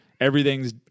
everything's